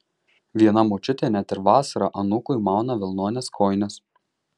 viena močiutė net ir vasarą anūkui mauna vilnones kojines